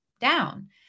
down